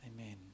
amen